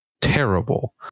terrible